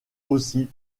aussi